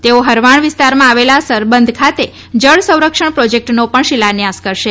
તેઓ હરવાણ વિસ્તારમાં આવેલા સરબંધ ખાતે જળ સંરક્ષણ પ્રોજેક્ટનો પણ શિલાન્યાસ કરશે